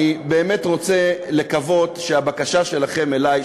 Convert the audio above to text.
אני באמת רוצה לקוות שהבקשה שלכם אלי,